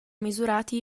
misurati